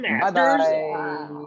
Bye-bye